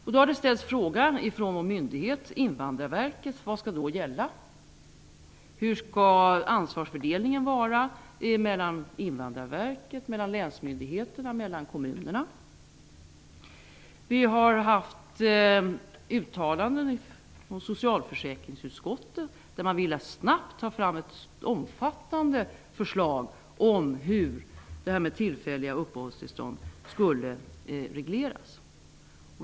Frågan har ställts från Invandrarverket om hur ansvarsfördelningen skall vara mellan Socialförsäkringsutskottet har uttalat att det snabbt vill ha fram ett omfattande förslag för hur frågan om tillfälliga uppehållstillstånd skall regleras.